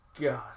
God